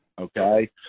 Okay